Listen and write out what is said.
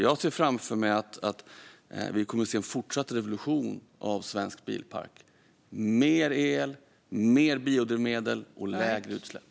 Jag ser framför mig att vi kommer att se en fortsatt revolution av svensk bilpark - mer el, mer biodrivmedel och lägre utsläpp.